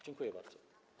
Dziękuję bardzo.